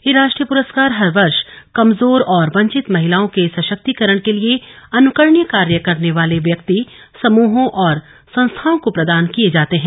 ये राष्ट्रीय पुरस्कार हर वर्ष कमजोर और वंचित महिलाओं के सशक्तीकरण के लिए अनुकरणीय कार्य करने वाले व्यक्ति समूहों और संस्थानों को प्रदान किए जाते हैं